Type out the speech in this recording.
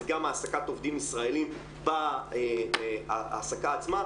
זה גם העסקת עובדים ישראליים בהעסקה עצמה,